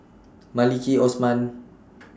Maliki Osman